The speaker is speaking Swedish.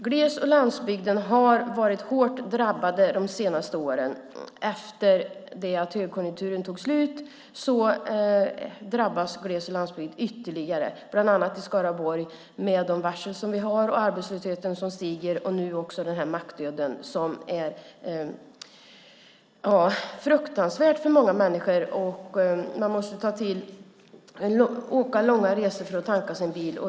Gles och landsbygden har varit hårt drabbade de senaste åren. Efter det att högkonjunkturen tog slut drabbades gles och landsbygd ytterligare, bland annat med varslen i Skaraborg, stigande arbetslöshet och mackdöden. Det är fruktansvärt för många människor. De måste åka långt för att tanka bilen.